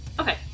Okay